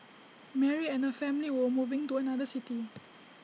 Mary and her family were moving to another city